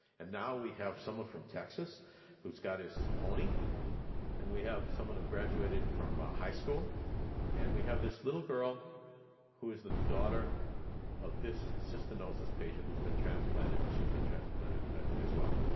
and now we have someone from texas who's got his pony and we have someone who graduated from high school and we have this little girl who is the daughter of this cystinosis patient who's been transplanted, and she's been transplanted as well.